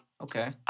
Okay